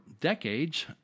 decades